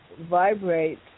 vibrate